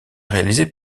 réalisées